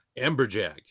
amberjack